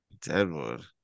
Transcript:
Deadwood